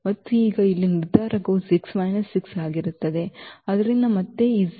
ಮತ್ತು ಈಗ ಇಲ್ಲಿ ನಿರ್ಧಾರಕವು 6 6 ಆಗಿರುತ್ತದೆ ಆದ್ದರಿಂದ ಮತ್ತೆ ಈ 0